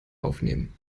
aufnehmen